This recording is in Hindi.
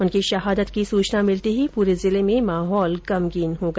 उनकी शहादत की सूचना मिलते ही पूरे जिले में माहौल गमगीन हो गया